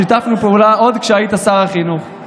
שיתפנו פעולה עוד כשהיית שר החינוך,